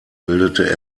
bildete